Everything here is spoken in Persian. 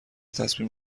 تصمیم